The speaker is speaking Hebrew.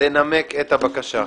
לנמק את הבקשה.